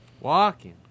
Walking